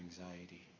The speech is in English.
anxiety